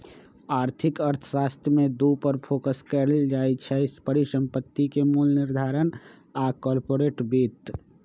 आर्थिक अर्थशास्त्र में दू पर फोकस करइ छै, परिसंपत्ति के मोल निर्धारण आऽ कारपोरेट वित्त